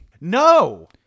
No